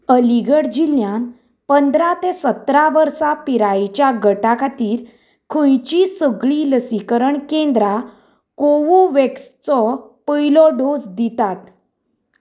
अलीगढ जिल्ल्यांत पंदरा ते सतरा वर्सां पिरायेच्या गटा खातीर खंयचीं सगळीं लसीकरण केंद्रां कोवो व्हॅक्सचो पयलो डोस दितात